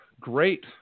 Great